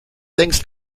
längst